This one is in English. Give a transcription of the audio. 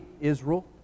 Israel